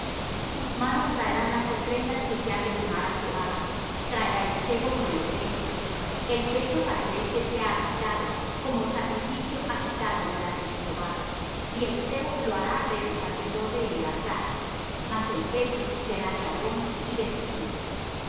sus manos traerán las ofrendas que se han de quemar á jehová traerá el sebo con el pecho el pecho para que éste sea agitado como sacrificio agitado delante de jehová y el sebo lo hará arder el sacerdote en el altar mas el pecho será de aarón y de sus hijos y